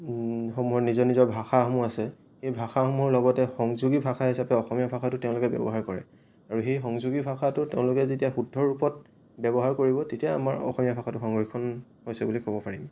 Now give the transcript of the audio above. সমূহৰ নিজৰ নিজৰ ভাষাসমূহ আছে সেই ভাষাসমূহৰ লগতে সংযোগী ভাষা হিচাপে অসমীয়া ভাষাটো তেওঁলোকে ব্যৱহাৰ কৰে আৰু সেই সংযোগী ভাষাটো তেওঁলোকে যেতিয়া শুদ্ধ ৰূপত ব্যৱহাৰ কৰিব তেতিয়া আমাৰ অসমীয়া ভাষাটো সংৰক্ষণ হৈছে বুলি ক'ব পাৰিম